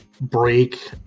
Break